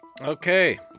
Okay